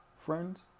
Friends